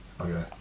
Okay